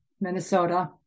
Minnesota